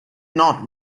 not